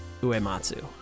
uematsu